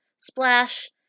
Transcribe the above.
Splash